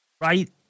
Right